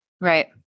Right